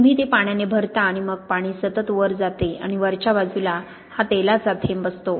तुम्ही ते पाण्याने भरता आणि मग पाणी सतत वर जाते आणि वरच्या बाजूला हा तेलाचा थेंब असतो